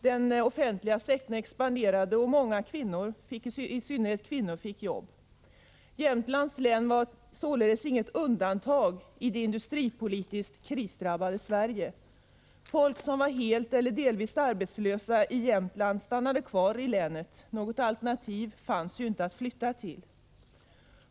Den offentliga sektorn expanderade och många, i synnerhet kvinnor, fick jobb. Jämtlands län var således inget undantag i det industripolitiskt krisdrabbade Sverige. Människor i Jämtland som var helt eller delvis arbetslösa stannade kvar i länet. Något alternativ fanns ju inte att flytta till.